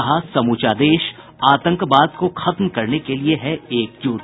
कहा समूचा देश आतंकवाद को खत्म करने को लिये हैं एकजुट